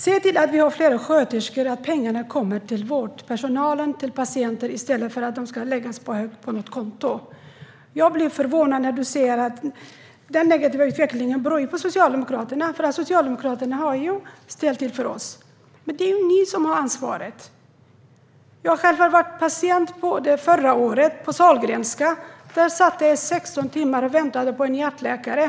Se till att vi får fler sköterskor, att pengarna läggs på vårdpersonal och patienter i stället för på hög på något konto. Jag blir förvånad när du säger att den negativa utvecklingen beror på Socialdemokraterna eftersom Socialdemokraterna har ställt till det för er. Det är ni som har ansvaret! Jag har själv varit patient. Förra året satt jag på Sahlgrenska och väntade i 16 timmar för att träffa en hjärtläkare.